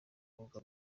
umwuga